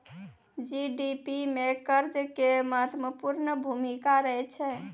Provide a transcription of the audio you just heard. GDP मे कर्जा के महत्वपूर्ण भूमिका रहै छै